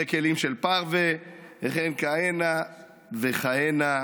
זה כלים של פרווה וכהנה וכהנה.